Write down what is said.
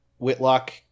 Whitlock